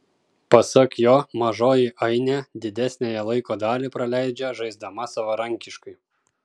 pasak jo mažoji ainė didesniąją laiko dalį praleidžia žaisdama savarankiškai